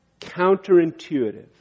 counterintuitive